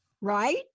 right